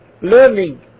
Learning